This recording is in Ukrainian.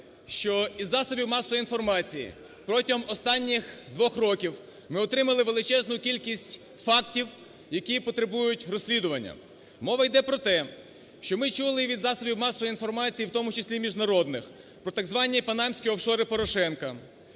що із засобів масової інформації протягом останніх двох років ми отримали величезну кількість фактів, які потребують розслідування. Мова йде про те, що ми чули від засобів масової інформації, в тому числі і міжнародних, про так звані панамські офшори Порошенка;